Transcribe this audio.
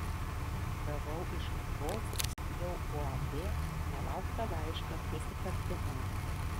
gavau iš vagos jau uab nelauktą laišką su sutartimi